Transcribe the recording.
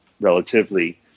relatively